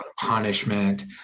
punishment